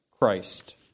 Christ